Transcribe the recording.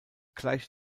gleich